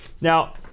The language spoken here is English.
now